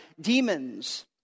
demons